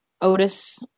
Otis